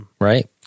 Right